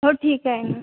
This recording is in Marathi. हो ठीक आहे ना